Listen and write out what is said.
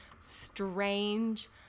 strange